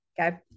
okay